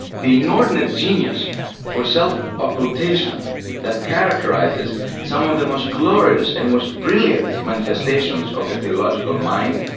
the inordinate genius for self-occultation that characterises some of the most glorious and most brilliant manifestations of the theological mind,